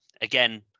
again